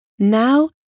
Now